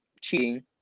cheating